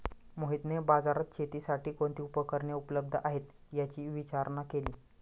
मोहितने बाजारात शेतीसाठी कोणती उपकरणे उपलब्ध आहेत, याची विचारणा केली